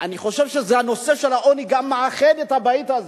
אני חושב שהנושא של העוני גם מאחד את הבית הזה.